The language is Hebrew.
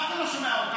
אף אחד לא שומע אותנו,